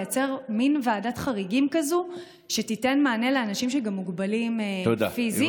לייצר מין ועדת חריגים כזאת שתיתן מענה לאנשים מוגבלים פיזית.